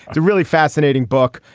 the really fascinating book.